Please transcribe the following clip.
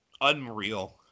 Unreal